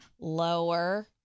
Lower